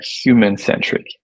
human-centric